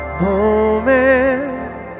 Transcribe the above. moment